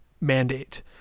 mandate